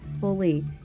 fully